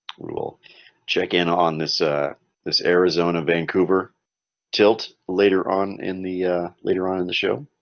we will check in on this ah this, arizona vancouver tilt later on in the later on in the show